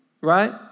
right